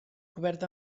cobert